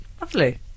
Lovely